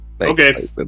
Okay